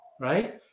right